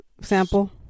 sample